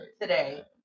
today